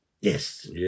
Yes